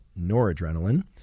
noradrenaline